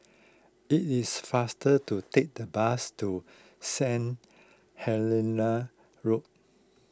it is faster to take the bus to Saint Helena Road